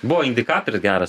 buvo indikatorius geras